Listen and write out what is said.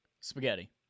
Spaghetti